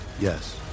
Yes